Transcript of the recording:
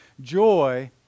joy